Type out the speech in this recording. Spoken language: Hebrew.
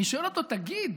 אני שואל אותו: תגיד,